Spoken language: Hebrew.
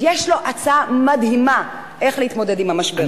יש לו הצעה מדהימה איך להתמודד עם המשבר הזה.